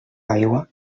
aigua